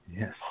Yes